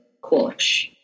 quash